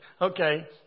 okay